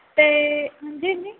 ਅਤੇ ਹਾਂਜੀ ਜੀ